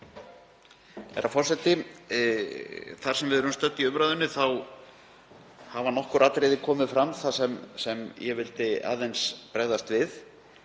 Þar sem við erum stödd í umræðunni hafa nokkur atriði komið fram sem ég vildi aðeins bregðast við.